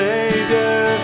Savior